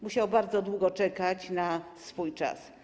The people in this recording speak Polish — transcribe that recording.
Musiał bardzo długo czekać na swój czas.